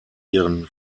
ihren